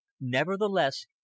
Nevertheless